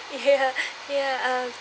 ya ya uh